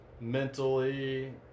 mentally